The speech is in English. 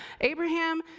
Abraham